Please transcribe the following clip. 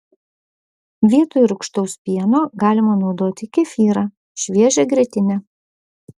vietoj rūgštaus pieno galima naudoti kefyrą šviežią grietinę